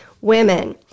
Women